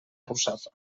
russafa